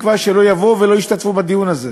בתקווה שלא יבואו ולא ישתתפו בדיון הזה,